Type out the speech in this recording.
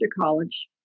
college